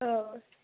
औ